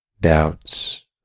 Doubts